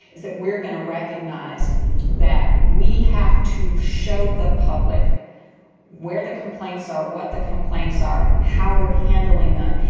is that we're going to recognize that we have to show the public where the complaints are, what the complaints are, how we're handling them.